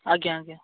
ଆଜ୍ଞା ଆଜ୍ଞା